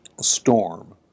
storm